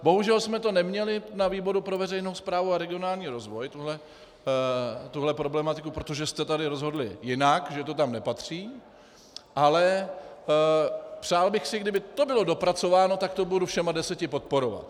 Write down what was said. Bohužel jsme to neměli na výboru pro veřejnou správu a regionální rozvoj, tuto problematiku, protože jste tady rozhodli jinak, že to tam nepatří, ale přál bych si, kdyby to bylo dopracováno, tak to budu všemi deseti podporovat.